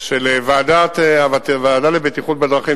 של הוועדה לבטיחות בדרכים,